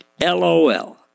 LOL